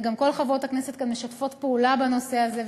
וגם כל חברות הכנסת כאן משתפות פעולה בנושא הזה,